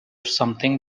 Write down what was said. something